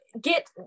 get